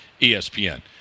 ESPN